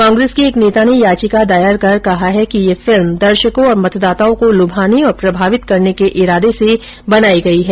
कांग्रेस के एक नेता ने याचिका दायर कर कहा है कि यह फिल्म दर्शकों और मतदाताओं को लुभाने और प्रभावित करने के इरादे से बनाई गई है